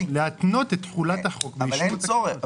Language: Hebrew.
תחולת החוק באישור התקנות?